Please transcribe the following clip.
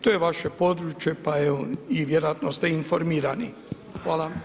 To je vaše područje, pa evo vjerojatno ste informirani.